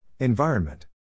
Environment